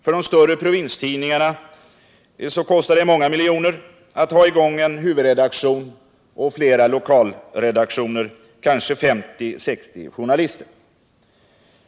För de större provinstidningarna kostar det många miljoner att ha en huvudredaktion och flera lokalredaktioner i gång med kanske 50-60 journalister.